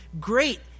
great